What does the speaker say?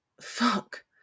Fuck